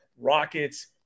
rockets